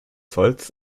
zolls